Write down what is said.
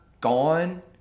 gone